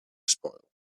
spoil